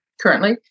currently